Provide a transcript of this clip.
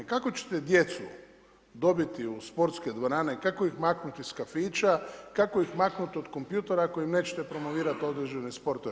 Kako ćete djecu dobiti u sportske dvorane, kako ih maknuti iz kafića, kako ih maknuti od kompjutora, ako im nećete promovirati određene sportove.